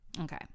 Okay